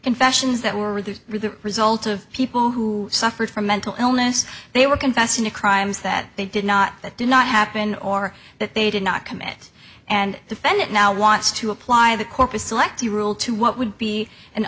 confessions that were the result of people who suffered from mental illness they were confessing to crimes that they did not that did not happen or that they did not commit and defend it now wants to apply the corpus selectee rule to what would be an